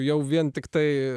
jau vien tiktai